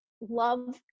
love